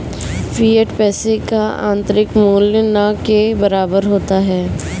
fiat पैसे का आंतरिक मूल्य न के बराबर होता है